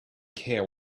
care